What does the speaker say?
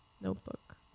notebook